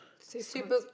Super